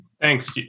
Thanks